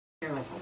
Terrible